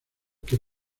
que